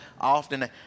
often